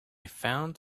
found